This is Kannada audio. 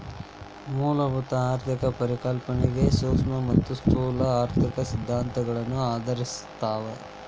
ಮೂಲಭೂತ ಆರ್ಥಿಕ ಪರಿಕಲ್ಪನೆಗಳ ಸೂಕ್ಷ್ಮ ಮತ್ತ ಸ್ಥೂಲ ಆರ್ಥಿಕ ಸಿದ್ಧಾಂತಗಳನ್ನ ಆಧರಿಸಿರ್ತಾವ